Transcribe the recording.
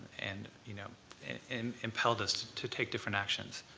and you know and impelled us to take different actions.